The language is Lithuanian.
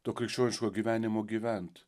to krikščioniško gyvenimo gyvent